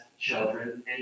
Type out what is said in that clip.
children